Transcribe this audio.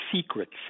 secrets